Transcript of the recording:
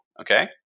okay